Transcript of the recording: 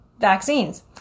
vaccines